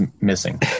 missing